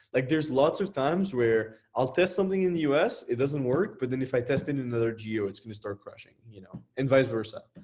like there's lots of times where i'll test something in the us, it doesn't work. but then if i test it in another geo, it's gonna start crushing you know and vice versa.